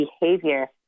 behavior